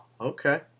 Okay